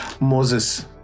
Moses